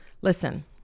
Listen